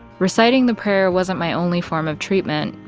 reciting the prayer wasn't my only form of treatment,